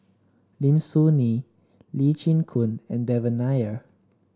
Lim Soo Ngee Lee Chin Koon and Devan Nair